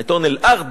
העיתון "אל-ארד".